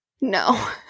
No